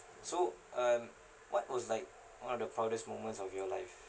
so um what was like one of the proudest moments of your life